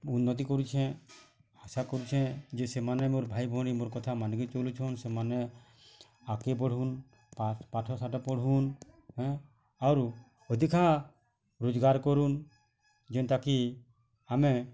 ଉନ୍ନତି କରୁଛେଁ ଆଶା କରୁଛେଁ ଯେ ସେମାନେ ମୋର ଭାଇ ଭଉଣୀ ମୋର କଥା ମାନି କି ଚଲୁଛଁନ୍ ସେମାନେ ଆଗ୍କେ ବଢ଼ୁନ୍ ପାଠ୍ ପାଠ ଶାଠ ପଢ଼ୁନ୍ ଏଁ ଆରୁ ଅଧିକା ରୋଜଗାର କରୁଁନ୍ ଯେନ୍ତା କି ଆମେ